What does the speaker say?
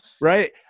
right